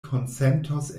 konsentos